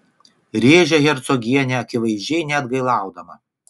rėžia hercogienė akivaizdžiai neatgailaudama